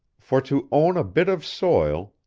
for to own a bit of soil,